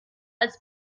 als